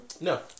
No